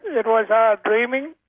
it was our dreaming,